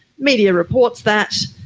media reports that,